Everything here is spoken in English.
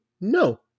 No